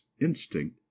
instinct